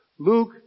Luke